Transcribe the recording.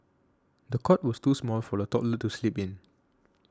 the cot was too small for the toddler to sleep in